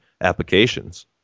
applications